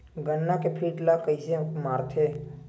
गन्ना के कीट ला कइसे मारथे?